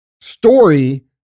story